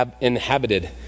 inhabited